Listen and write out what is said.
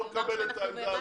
לא מקבל את העמדה הזאת.